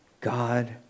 God